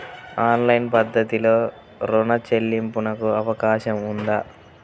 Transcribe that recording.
Online పద్ధతిలో రుణ చెల్లింపునకు అవకాశం ఉందా?